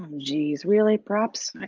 jeez really props.